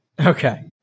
Okay